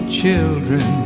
children